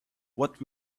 what